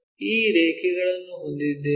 ಆದ್ದರಿಂದ ಈ ರೇಖೆಗಳನ್ನು ಹೊಂದಿದ್ದೇವೆ